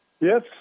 Yes